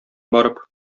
барып